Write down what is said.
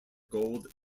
gold